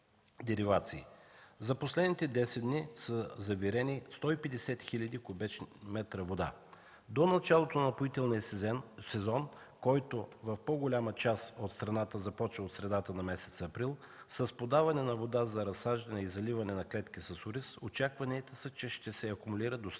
За последните десет дни са завирени 150 хил. куб. м вода. До началото на напоителният сезон, който в по-голяма част от страната започва в средата на месец април, с подаване на вода за разсаждане и заливане на клетки с ориз очакванията са, че ще се акумулират достатъчно